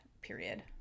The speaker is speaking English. period